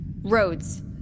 Roads